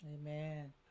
Amen